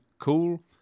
cool